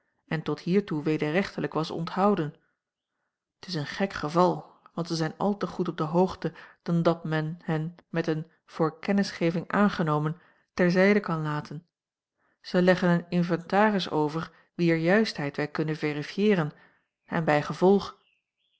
en tot hiertoe wederrechtelijk was onthouden t is een gek geval want ze zijn al te goed op de hoogte dan dat men hen met een voor kennisgeving aangenomen ter zijde kan laten zij leggen een inventaris over wier juistheid wij kunnen verifieeren en bijgevolg